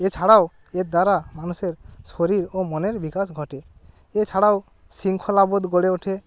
এছাড়াও এর দ্বারা মানুষের শরীর ও মনের বিকাশ ঘটে এছাড়াও শৃঙ্খলা বোধ গড়ে ওঠে